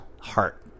heart